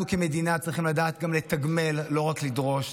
אנחנו כמדינה צריכים לדעת גם לתגמל, לא רק לדרוש.